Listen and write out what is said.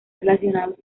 relacionados